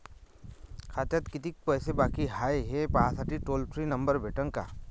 खात्यात कितीकं पैसे बाकी हाय, हे पाहासाठी टोल फ्री नंबर भेटन का?